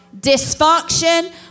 dysfunction